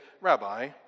Rabbi